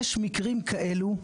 יש מקרים כאלו,